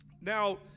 Now